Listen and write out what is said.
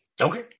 Okay